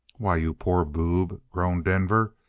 why, you poor boob, groaned denver,